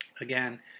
Again